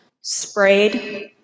sprayed